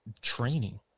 training